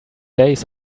days